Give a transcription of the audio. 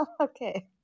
okay